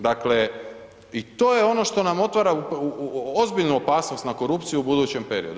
Dakle, i to je ono što nam otvara ozbiljnu opasnost na korupciju u budućem periodu.